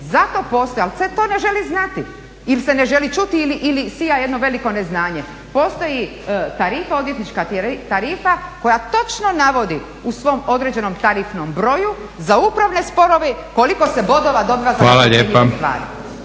Zato postoje, ali se to ne želi znati ili se ne želi čuti ili sija jedno veliko neznanje. Postoji tarifa, odvjetnička tarifa koja točno navodi u svom određenom tarifnom broju za upravne sporove koliko se bodova dobiva… **Leko, Josip